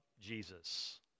Jesus